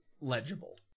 legible